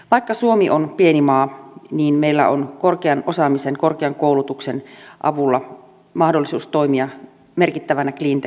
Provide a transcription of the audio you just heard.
vaikka suomi on pieni maa niin meillä on korkean osaamisen korkean koulutuksen avulla mahdollisuus toimia merkittävänä cleantech toimijana